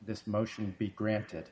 this motion be granted